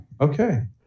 okay